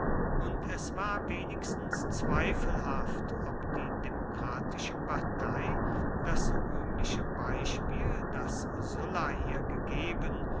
und es war wenigstens zweifelhaft ob die demokratische partei das rühmliche beispiel das sulla ihr gegeben